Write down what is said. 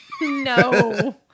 No